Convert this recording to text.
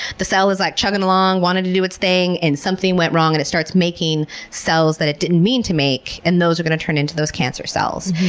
the cell is like chugging along, wanted to do its thing, and something went wrong and it starts making cells that it didn't mean to make, and those are going to turn into those cancer cells.